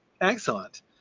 excellent